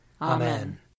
Amen